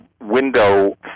window